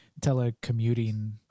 telecommuting